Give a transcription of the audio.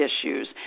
issues